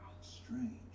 Strange